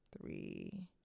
three